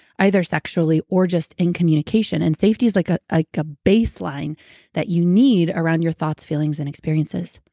either sexually or just in communication. and safety is like ah ah a baseline that you need around your thoughts, feelings, and experiences.